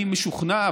אני משוכנע,